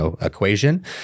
equation